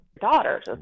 daughters